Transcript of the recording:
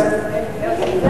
אז שוב,